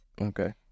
Okay